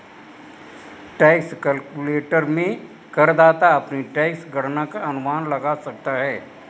tax calculator में करदाता अपनी टैक्स गणना का अनुमान लगा सकता है